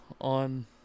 on